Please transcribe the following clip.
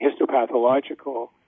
histopathological